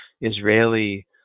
Israeli